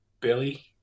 Billy